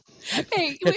hey